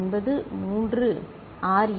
693 R